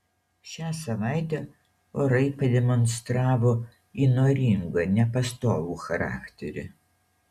šią savaitę orai pademonstravo įnoringą nepastovų charakterį